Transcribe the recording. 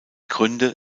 gründe